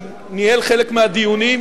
שניהל חלק מהדיונים,